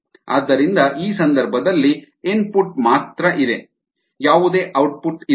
ಆದ್ದರಿಂದ ಈ ಸಂದರ್ಭದಲ್ಲಿ ಇನ್ಪುಟ್ ಮಾತ್ರ ಇದೆ ಯಾವುದೇ ಔಟ್ಪುಟ್ ಇಲ್ಲ